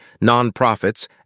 nonprofits